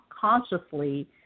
consciously